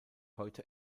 heute